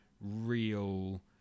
real